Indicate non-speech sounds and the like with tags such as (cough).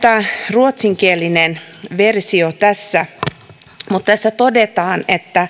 ruotsinkielinen versio tässä mutta tässä todetaan että (unintelligible)